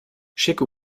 schicke